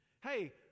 Hey